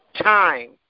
time